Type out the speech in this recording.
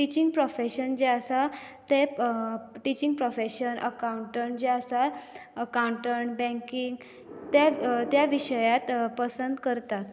teaching profession जे आसा teaching accountant जे आसा अकांवटंट बेंकींग ते त्या विशयांत पसंद करतात